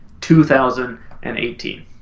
2018